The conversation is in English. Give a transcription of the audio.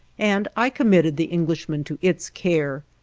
and i committed the englishmen to its care.